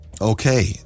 Okay